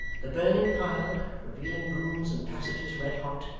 the burning pile, revealing rooms and passages red hot,